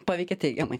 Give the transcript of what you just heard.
paveikė teigiamai